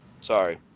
Sorry